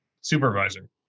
Supervisor